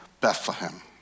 Bethlehem